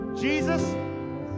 Jesus